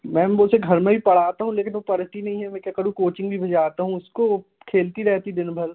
ma'am मैं उसे घर में भी पढ़ाता हूँ लेकिन वो पढ़ती नहीं है मैं क्या करूँ कोचिंग भी भिजवाता हूँ उसको खेलती रहती दिनभर